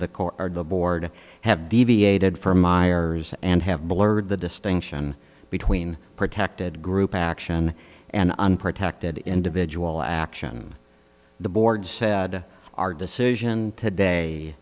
the court are the board have deviated from miers and have blurred the distinction between protected group action and unprotected individual action the board said our decision today